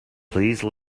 please